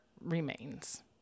remains